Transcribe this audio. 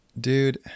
Dude